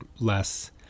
less